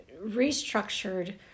restructured